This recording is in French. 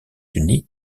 unis